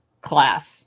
class